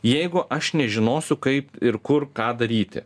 jeigu aš nežinosiu kaip ir kur ką daryti